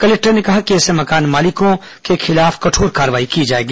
collector ने कहा कि ऐसे मकान मालिकों के खिलाफ कठोर कार्रवाई की जाएगी